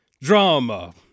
drama